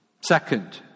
Second